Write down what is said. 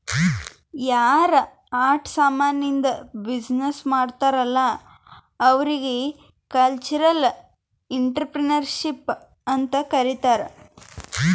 ಯಾರ್ ಆಟ ಸಾಮಾನಿದ್ದು ಬಿಸಿನ್ನೆಸ್ ಮಾಡ್ತಾರ್ ಅಲ್ಲಾ ಅವ್ರಿಗ ಕಲ್ಚರಲ್ ಇಂಟ್ರಪ್ರಿನರ್ಶಿಪ್ ಅಂತ್ ಕರಿತಾರ್